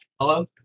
Hello